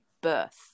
birth